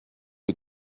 que